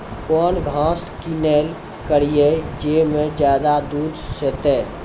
कौन घास किनैल करिए ज मे ज्यादा दूध सेते?